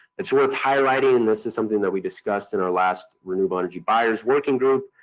it's worth highlighting and this is something that we discussed in our last renewable energy buyers working group